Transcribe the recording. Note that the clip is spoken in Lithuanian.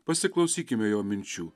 pasiklausykime jo minčių